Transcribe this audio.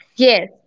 Yes